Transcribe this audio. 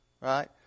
right